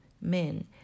men